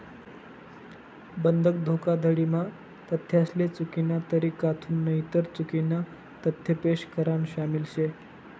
बंधक धोखाधडी म्हा तथ्यासले चुकीना तरीकाथून नईतर चुकीना तथ्य पेश करान शामिल शे